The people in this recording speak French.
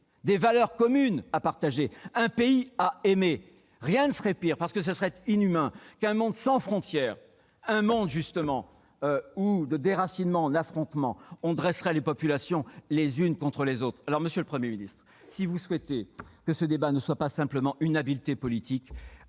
des valeurs communes à partager, un pays à aimer. Rien ne serait pire, parce qu'il serait inhumain, qu'un monde sans frontières, où, de déracinements en affrontements, on dresserait les populations les unes contre les autres. Monsieur le Premier ministre, si vous souhaitez que ce débat ne soit pas seulement un signe d'habileté politique,